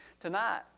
tonight